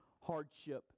hardship